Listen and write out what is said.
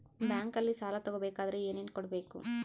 ಬ್ಯಾಂಕಲ್ಲಿ ಸಾಲ ತಗೋ ಬೇಕಾದರೆ ಏನೇನು ಕೊಡಬೇಕು?